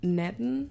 natten